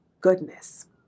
goodness